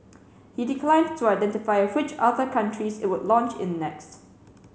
he declined to identify which other countries it would launch in next